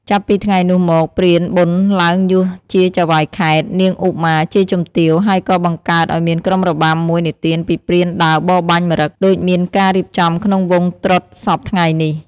ចាប់ពី ថ្ងៃនោះមក ព្រានប៊ុនឡើងយសជាចៅហ្វាយខេត្ត នាងឧមាជាជំទាវ ហើយក៏បង្កើតឱ្យមានក្រុមរបាំមួយនិទានពីព្រានដើរបរបាញ់ម្រឹត ដូចមានការរៀបចំក្នុងវង់ត្រុដិសព្វថ្ងៃនេះ។